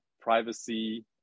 privacy